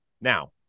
Now